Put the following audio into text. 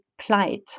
plight